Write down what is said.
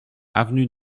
avenue